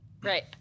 Right